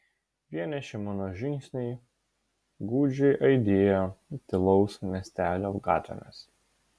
vieniši mano žingsniai gūdžiai aidėjo tylaus miestelio gatvėmis